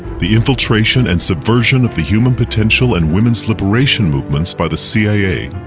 the infiltration and subversion of the human potential and women's liberation movements by the cia.